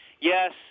Yes